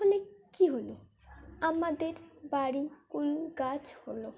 ফলে কী হলো আমাদের বাড়ি কোন গাছ হলো